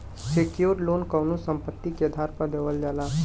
secured loan कउनो संपत्ति के आधार पर देवल जाला